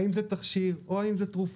האם זה תכשיר, או האם זו תרופה.